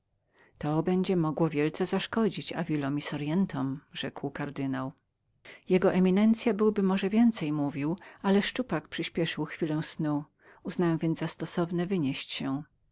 to będzie mogło wielce zaszkodzić davilom i sorientomsorientom rzekł kardynał jego eminencya byłaby może więcej mówiła ale szczupak przyśpieszył chwilę snu uznałem więc za stosowne wynieść